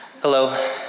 Hello